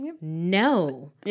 no